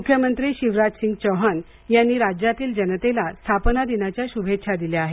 मुख्यमंत्री शिवराज सिंघ चौहान यांनी राज्यातील जनतेला स्थापना दिनाच्या शुभेच्छा दिल्या आहेत